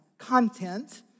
content